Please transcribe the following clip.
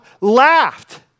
laughed